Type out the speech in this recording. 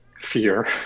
fear